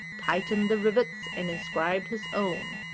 tightened the rivets and inscribed his own.